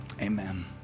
amen